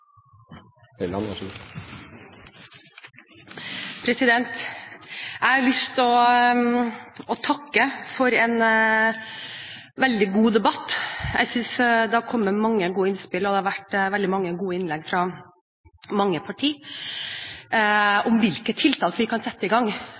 veldig god debatt. Jeg synes det har kommet mange gode innspill, og det har vært veldig mange gode innlegg, fra mange